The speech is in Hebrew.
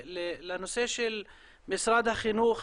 לנושא של משרד החינוך,